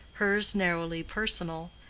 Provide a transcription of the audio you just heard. hers narrowly personal,